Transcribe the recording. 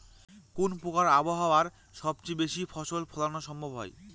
কোন প্রকার আবহাওয়ায় সবচেয়ে বেশি ফসল ফলানো সম্ভব হয়?